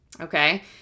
Okay